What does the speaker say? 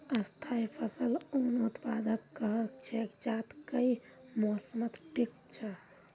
स्थाई फसल उन उत्पादकक कह छेक जैता कई मौसमत टिक छ